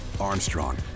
Armstrong